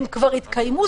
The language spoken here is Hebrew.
הם כבר התקיימו.